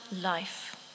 life